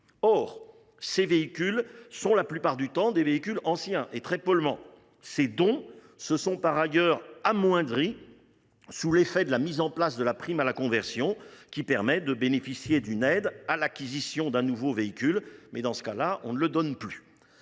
Or ces véhicules sont la plupart du temps anciens et très polluants. Les dons se sont par ailleurs amoindris sous l’effet de la mise en place de la prime à la conversion, qui permet de bénéficier d’une aide à l’acquisition d’un nouveau véhicule. Pour résumer, nombre de nos